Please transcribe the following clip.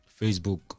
Facebook